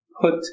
put